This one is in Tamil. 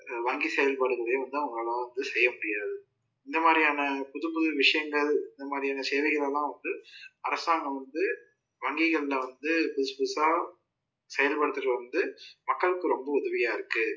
வங்கி செயல்பாடுங்கிறதே வந்து அவங்களால வந்து செய்ய முடியாது இந்த மாதிரியான புது புது விஷயங்கள் இந்த மாதிரியான சேவைகள் எல்லாம் வந்து அரசாங்கம் வந்து வங்கிகளில் வந்து புதுசு புதுசாக செயல் படுத்திகிட்டு வந்து மக்களுக்கு ரொம்ப உதவியாக இருக்குது